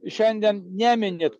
šiandien neminit